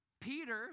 Peter